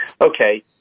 okay